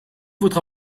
votre